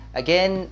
again